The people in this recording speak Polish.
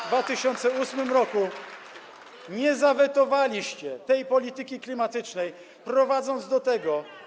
w 2008 r. nie zawetowaliście tej polityki klimatycznej, prowadząc do tego.